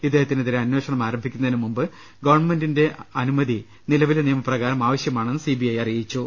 ഇദ്ദേഹത്തിനെ തിരെ അന്വേഷണം ആരംഭിക്കുന്നതിന് ഗവൺ മെന്റിന്റെ മുൻകൂർ അനുമതി നില വിലെ നിയമപ്രകാരം ആവശ്യമാണെന്ന് സി ബി ഐ അറിയിച്ചു